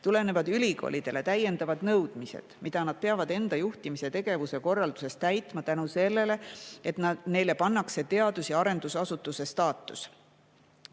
tulenevad ülikoolidele täiendavad nõudmised, mida nad peavad enda juhtimise ja tegevuse korralduses täitma seetõttu, et neile on pandud teadus- ja arendusasutuse staatus.